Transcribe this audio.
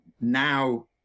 now